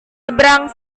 seberang